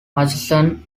hutchison